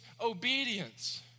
obedience